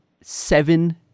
seven